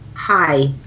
Hi